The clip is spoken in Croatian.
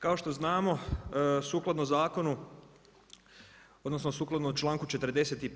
Kao što znamo sukladno zakonu, odnosno, sukladno čl.45.